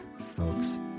folks